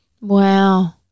Wow